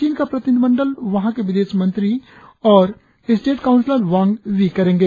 चीन का प्रतिनिधित्व वहा के विदेश मंत्री और स्टेट काउंसलर वांग वी करेंगे